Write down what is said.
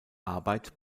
arbeit